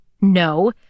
No